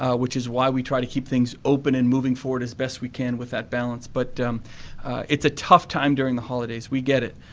ah which is why we try to keep things open and moving forward as best we can with that balance. but it's a tough time during the holidays. we get it.